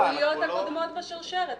החוליות הקודמות בשרשרת.